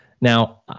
Now